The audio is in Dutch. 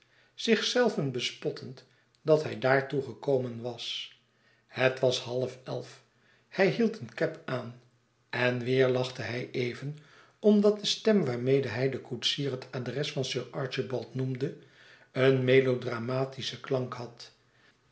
zichzelven bespottend dat hij daartoe gekomen was het was half elf hij hield een cab aan en weêr lachte hij even omdat de stem waarmede hij den koetsier het adres van sir archibald noemde een melodramatischen klank had